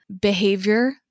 behavior